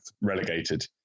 relegated